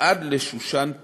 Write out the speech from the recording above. ועד לשושן פורים,